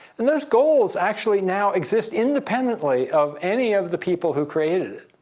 and those goals actually now exist independently of any of the people who created